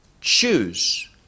choose